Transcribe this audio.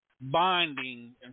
binding